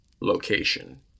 location